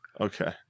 Okay